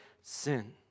sin